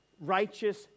righteous